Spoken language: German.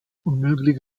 unmöglich